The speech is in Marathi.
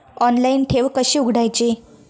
ऑनलाइन ठेव कशी उघडायची?